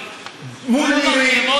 מול נירים,